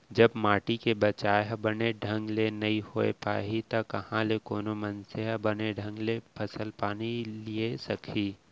जब माटी के बचाय ह बने ढंग ले नइ होय पाही त कहॉं ले कोनो मनसे ह बने ढंग ले फसल पानी लिये सकही